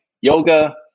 yoga